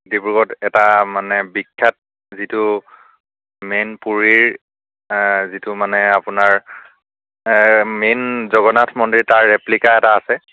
ডিব্ৰুগড়ত এটা মানে বিখ্য়াত যিটো মেইন পুৰীৰ যিটো মানে আপোনাৰ মেইন জগন্নাথ মন্দিৰ তাৰ ৰেপ্লিকা এটা আছে